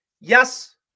yes